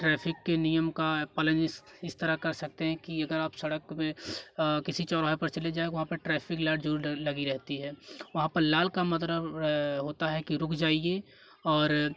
traffic के नियम का पालन इस इस तरह कर सकते हैं कि अगर आप सड़क पर किसी चौराहे पर चले जाएगे वहाँ पर ट्रैफिक लाइट ज़रूर लगी रहती है वहाँ पर लाल का मतलब होता है कि रुक जाईए और